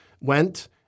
went